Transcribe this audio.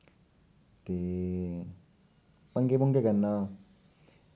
ते पंगे पुंगे करना